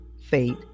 fate